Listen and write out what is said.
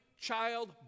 child